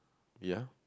ya